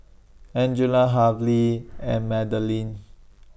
Angella and Madaline